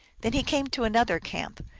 then he came to another camp,